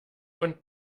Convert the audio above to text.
und